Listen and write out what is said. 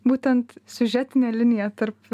būtent siužetinė linija tarp